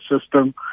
system